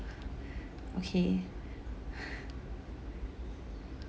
okay